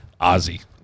Ozzy